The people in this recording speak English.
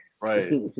Right